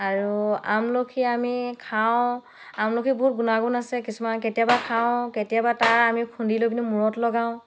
আৰু আমলখি আমি খাওঁ আমলখি বহুত গুণাগুণ আছে কিছুমান কেতিয়াবা খাওঁ কেতিয়াবা তাৰ আমি খুন্দি লৈ পিনি মূৰত লগাওঁ